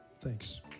Thanks